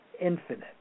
infinite